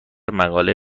مقاله